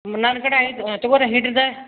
ನನ್ಕಡೆ ಐತೆ ತಗೋರೆ